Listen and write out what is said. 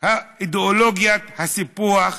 אידיאולוגיית הסיפוח.